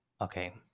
Okay